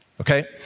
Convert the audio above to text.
Okay